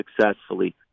successfully